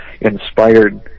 inspired